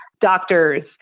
doctors